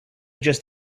just